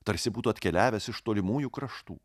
tarsi būtų atkeliavęs iš tolimųjų kraštų